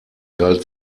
galt